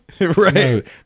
Right